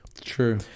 True